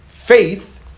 Faith